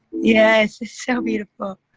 yeah yes, it's so beautiful.